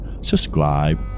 subscribe